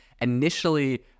initially